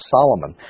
Solomon